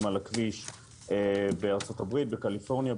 על הכביש בארצות הברית בקליפורניה,